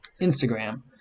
Instagram